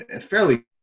fairly